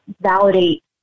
validate